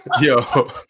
Yo